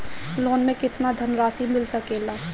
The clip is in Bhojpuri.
लोन मे केतना धनराशी मिल सकेला?